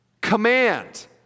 command